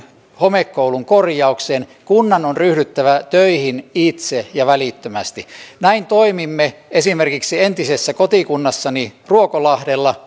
homekoulun korjaukseen kunnan on ryhdyttävä töihin itse ja välittömästi näin toimimme esimerkiksi entisessä kotikunnassani ruokolahdella